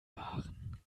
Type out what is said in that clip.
waren